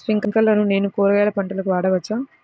స్ప్రింక్లర్లను నేను కూరగాయల పంటలకు వాడవచ్చా?